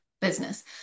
business